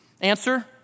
Answer